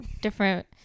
Different